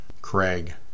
Craig